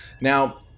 Now